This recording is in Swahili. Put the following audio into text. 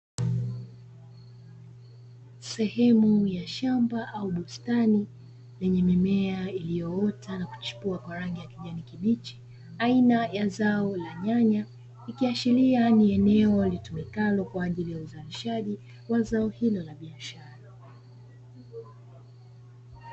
Sehemu ya shamba au bustani lenye mimea iliyoota na kuchipua kwa rangi ya kijani kibichi, aina ya zao la nyanya, ikiashiria ni eneo litumikalo kwa ajili ya uzalishaji wa zao hilo la biashara.